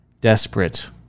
desperate